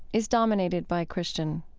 is dominated by christian